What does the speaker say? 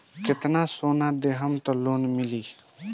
कितना सोना देहम त लोन मिली?